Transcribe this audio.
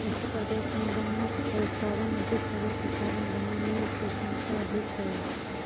उत्तर प्रदेश में गन्ना के उत्पादन अधिक होवे के कारण गन्ना मिलऽ के संख्या अधिक हई